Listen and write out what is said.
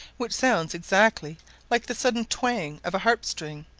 which sounds exactly like the sudden twang of a harp-string,